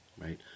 right